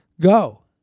Go